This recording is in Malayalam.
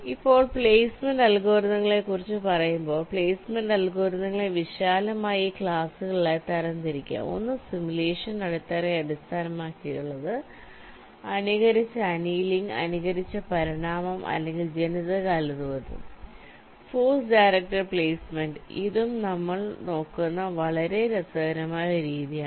ഇപ്പോൾ പ്ലേസ്മെന്റ് അൽഗോരിതങ്ങളെക്കുറിച്ച് പറയുമ്പോൾ പ്ലേസ്മെന്റ് അൽഗോരിതങ്ങളെ വിശാലമായി ഈ ക്ലാസുകളായി തരംതിരിക്കാം ഒന്ന് സിമുലേഷൻ അടിത്തറയെ അടിസ്ഥാനമാക്കിയുള്ളതാണ് അനുകരിച്ച അനിയലിംഗ് അനുകരിച്ച പരിണാമം അല്ലെങ്കിൽ ജനിതക അൽഗോരിതം ഫോഴ്സ് ഡയറക്റ്റഡ് പ്ലെയ്സ്മെന്റ് ഇതും നമ്മൾ നോക്കുന്ന വളരെ രസകരമായ ഒരു രീതിയാണ്